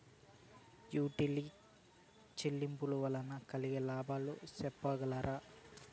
Utility చెల్లింపులు వల్ల కలిగే లాభాలు సెప్పగలరా?